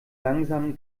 langsamen